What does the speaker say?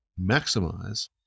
maximize